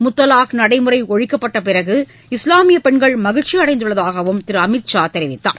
முத்தலாக் நடைமுறை ஒழிக்கப்பட்ட பிறகு இஸ்வாமியப் பெண்கள் மகிழ்ச்சி அடைந்துள்ளதாகவும் திரு அமித் ஷா தெரிவித்தார்